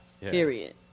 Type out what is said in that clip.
Period